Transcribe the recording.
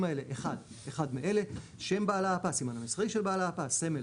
האלה: אחד מאלה - שם בעל האפ"א; הסימן המסחרי של בעל האפ"א; הסמל